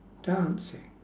dancing